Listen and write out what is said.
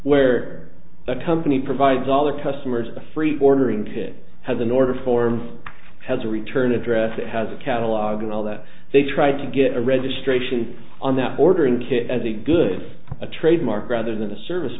where the company provides all their customers a free ordering kit has an order form has a return address it has a catalog and all that they try to get a registration on that ordering kit as a good a trademark rather than a service